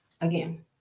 again